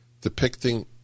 depicting